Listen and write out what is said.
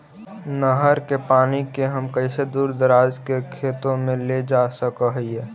नहर के पानी के हम कैसे दुर दराज के खेतों में ले जा सक हिय?